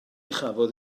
chafodd